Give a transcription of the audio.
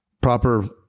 proper